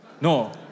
No